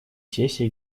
сессии